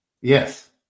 Yes